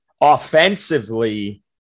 offensively